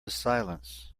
silence